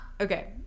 Okay